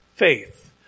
Faith